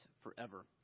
forever